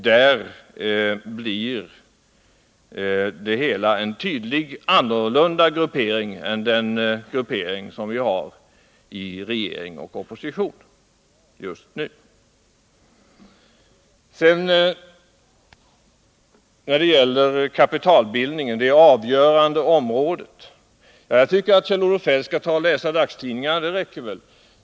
Där blir tydligen grupperingarna andra än dem som vi har i regering och opposition just nu. När det gäller kapitalbildningen och ”det avgörande området” tycker jag att Kjell-Olof Feldt skall läsa dagstidningarna. Det räcker.